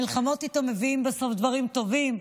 המלחמות איתו מביאות בסוף דברים טובים,